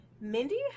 mindy